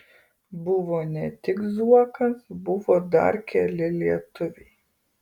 buvo ne tik zuokas buvo dar keli lietuviai